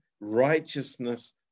righteousness